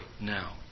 now